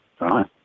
right